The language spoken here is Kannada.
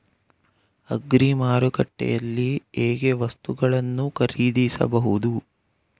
ಅಗ್ರಿ ಮಾರುಕಟ್ಟೆಯಲ್ಲಿ ಹೇಗೆ ವಸ್ತುಗಳನ್ನು ಖರೀದಿಸಬಹುದು?